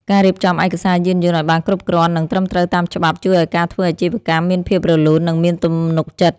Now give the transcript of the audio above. ការរៀបចំឯកសារយានយន្តឱ្យបានគ្រប់គ្រាន់និងត្រឹមត្រូវតាមច្បាប់ជួយឱ្យការធ្វើអាជីវកម្មមានភាពរលូន និងមានទំនុកចិត្ត។